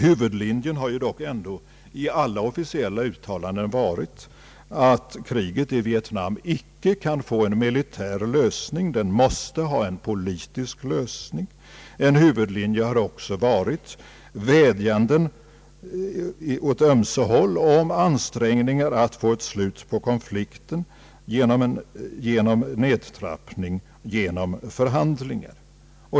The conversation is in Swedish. Huvudlinjen har dock i alla officiella uttalanden varit att kriget i Viet nam icke kan få en militär lösning, det måste få en politisk lösning. En huvudlinje har också varit vädjanden åt ömse håll om ansträngningar att få ett slut på konflikten genom nedtrappning och genom förhandlingar.